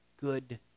good